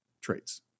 traits